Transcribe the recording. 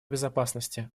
безопасности